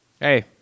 Hey